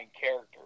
character